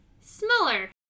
smaller